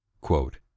Quote